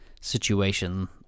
situation